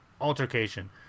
altercation